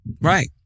Right